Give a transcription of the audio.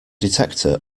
detector